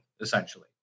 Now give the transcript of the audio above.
essentially